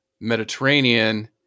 Mediterranean